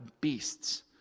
beasts